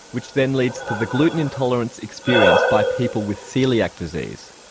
which then leads to the gluten intolerance experienced by people with coeliac disease.